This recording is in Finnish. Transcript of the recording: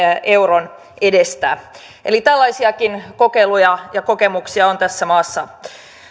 euron edestä eli tällaisiakin kokeiluja ja kokemuksia on tässä maassa